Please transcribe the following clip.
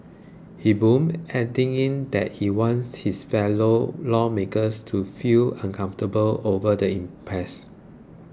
he boomed adding that he wants his fellow lawmakers to feel uncomfortable over the impress